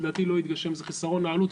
שלדעתי לא יתגשם וזה חיסרון העלות,